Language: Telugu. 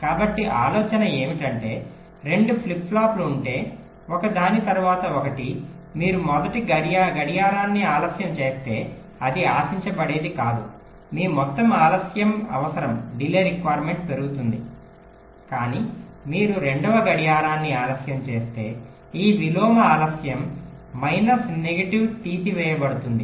కాబట్టి ఆలోచన ఏమిటంటే 2 ఫ్లిప్ ఫ్లాప్ ఉంటే ఒకదాని తరువాత ఒకటి మీరు మొదటి గడియారాన్ని ఆలస్యం చేస్తే అది ఆశించబడేది కాదు మీ మొత్తం ఆలస్యం అవసరం పెరుగుతుంది కానీ మీరు రెండవ గడియారాన్ని ఆలస్యం చేస్తే ఆ విలోమ ఆలస్యం మైనస్ నెగటివ్ తీసివేయబడుతుంది